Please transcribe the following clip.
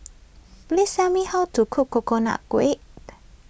please tell me how to cook Coconut Kuih